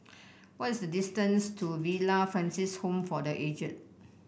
what is the distance to Villa Francis Home for The Aged